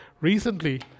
Recently